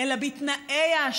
גם אם המסקנות,